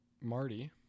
Marty